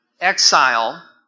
exile